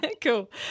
Cool